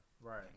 Right